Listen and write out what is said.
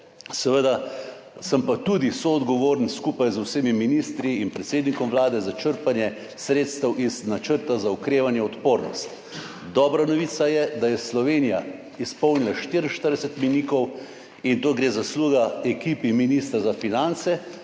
sem seveda tudi soodgovoren skupaj z vsemi ministri in predsednikom Vlade za črpanje sredstev iz Načrta za okrevanje in odpornost. Dobra novica je, da je Slovenija izpolnila 44 mejnikov in to gre zasluga ekipi ministra za finance.